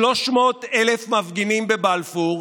300,000 מפגינים בבלפור,